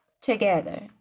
together